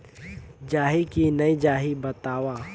जाही की नइ जाही बताव?